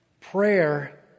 Prayer